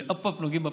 שהופ-הופ נוגעים בשפיץ.